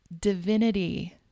divinity